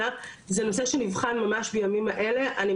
אני מקווה שנוכל לקבל לגביו החלטה,